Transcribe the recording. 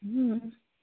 ও